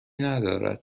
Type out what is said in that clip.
ندارد